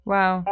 Wow